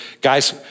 guys